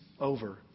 over